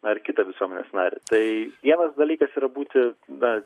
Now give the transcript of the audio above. na ir kitą visuomenės narį tai vienas dalykas yra būti na